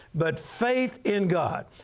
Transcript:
but faith in god.